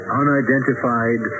unidentified